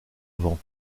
vent